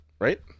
right